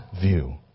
view